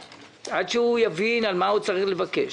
עד שהוא יבין על מה הוא צריך לבקש,